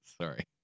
Sorry